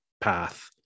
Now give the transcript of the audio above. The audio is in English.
path